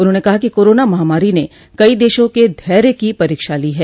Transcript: उन्होंने कहा कि कोरोना महामारी ने कई देशों के धैर्य की परीक्षा ली है